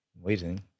Waiting